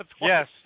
Yes